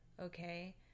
okay